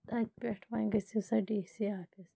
تَتہِ پٮ۪ٹھ وۄنۍ گٔژھِو سا ڈی سی آفِس